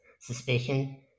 suspicion